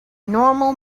normal